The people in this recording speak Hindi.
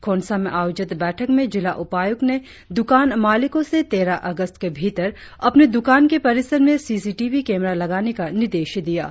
खोन्सा में आयोजित बैठक में जिला उपायुक्त ने द्रकान मालिकों से तेरह अगस्त के भीतर अपने दुकान के परिसर में सीसीटीवी केमरा लगाने का निर्देश दिया है